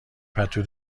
پتو